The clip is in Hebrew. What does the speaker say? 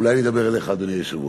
אולי אני אדבר אליך, אדוני היושב-ראש.